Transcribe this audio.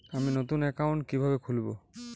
আমি নতুন অ্যাকাউন্ট কিভাবে খুলব?